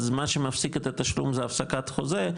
אז מה שמפסיק את התשלום זה הפסקת חוזה,